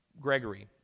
Gregory